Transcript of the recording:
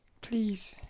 please